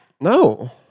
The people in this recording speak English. No